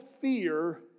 fear